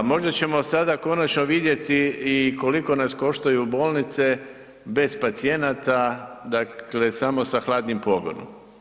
Možda ćemo sada konačno vidjeti i koliko nas koštaju bolnice bez pacijenata, dakle, samo sa hladnim pogonom.